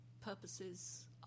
purposes